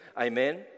Amen